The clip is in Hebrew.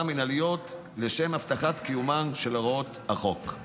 מינהליות לשם הבטחת קיומן של הוראות החוק.